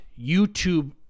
YouTube